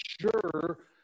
sure